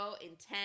intense